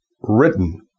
written